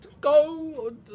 go